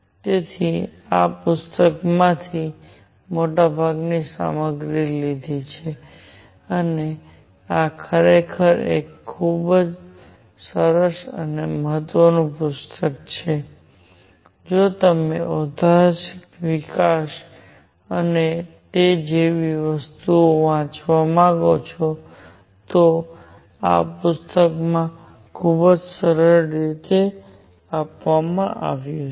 તેથી મેં આ પુસ્તકમાંથી મોટાભાગની સામગ્રી લીધી છે અને આ ખરેખર એક ખૂબ સરસ પુસ્તક છે જો તમે ઐતિહાસિક વિકાસ અને તે જેવી વસ્તુઓ વાંચવા માંગો છો તો આ પુસ્તકમાં ખૂબ સરસ રીતે આપવામાં આવ્યું છે